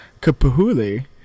Kapuhuli